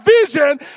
vision